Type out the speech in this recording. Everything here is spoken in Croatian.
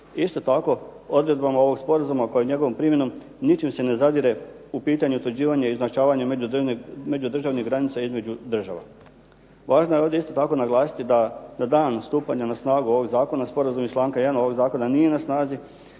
Isto tako, odredbama ovog sporazuma kao i njegovom primjenom niti se ne zadire u pitanje utvrđivanja i označavanja međudržavne granice između države. Važno je ovdje isto tako naglasiti da na dan stupanja na snagu ovog zakona sporazum iz članka 1. ovog zakona nije na snazi